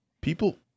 people